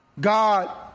God